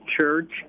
church